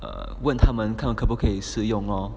err 问他们看可不可以试用 lor